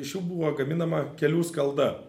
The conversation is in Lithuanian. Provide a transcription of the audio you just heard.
iš jų buvo gaminama kelių skalda